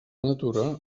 natura